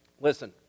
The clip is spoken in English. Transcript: listen